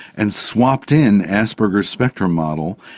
and swapped in asperger's spectrum model,